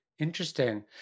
Interesting